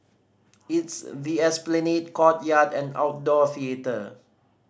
it's the Esplanade courtyard and outdoor theatre